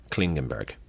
Klingenberg